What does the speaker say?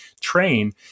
train